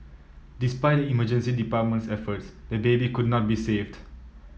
despite the emergency department's efforts the baby could not be saved